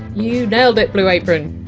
you nailed it, blue apron!